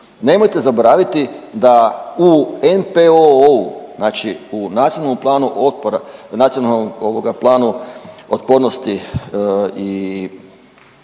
nemojte zaboraviti da u NPOO-u, znači u nacionalnom planu .../nerazumljivo/...